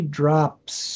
drops